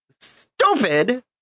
stupid